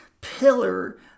pillar